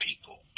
people